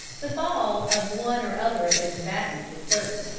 the fall of one or other of the combatants is certain,